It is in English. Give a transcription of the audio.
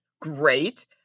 Great